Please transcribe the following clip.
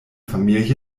familie